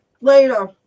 Later